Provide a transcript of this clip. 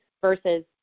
Versus